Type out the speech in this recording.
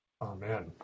Amen